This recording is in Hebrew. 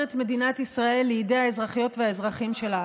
את מדינת ישראל לידי האזרחיות והאזרחים שלה,